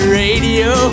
radio